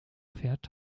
fährt